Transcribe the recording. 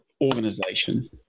organization